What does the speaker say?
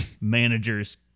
managers